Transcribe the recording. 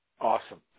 Awesome